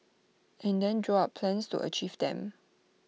and then draw up plans to achieve them